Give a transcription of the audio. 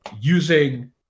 using